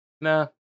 Nah